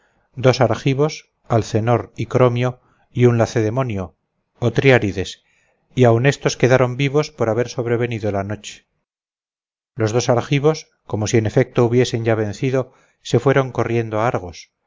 tres dos argivos alcenor y chromio y un lacedemonio othryades y aun estos quedaron vivos por haber sobrevenido la noche los dos argivos como si en efecto hubiesen ya vencido se fueron corriendo a argos